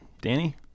Danny